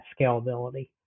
scalability